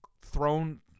thrown